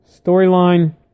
Storyline